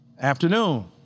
afternoon